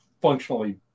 functionally